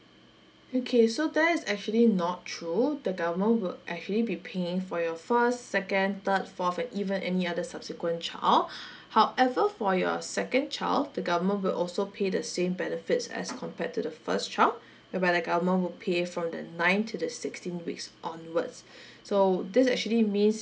okay so that's actually not true the government will actually be paying for your first second third fourth and even any other subsequent child however for your second child the government will also pay the same benefits as compared to the first child whereby the government would pay from the ninth to the sixteenth weeks onwards so this actually means